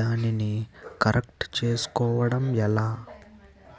దానిని కరెక్ట్ చేసుకోవడం ఎలా?